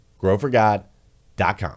growforgod.com